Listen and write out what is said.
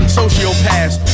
sociopaths